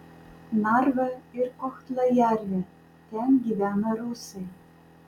narva ir kohtla jervė ten gyvena rusai